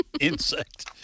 insect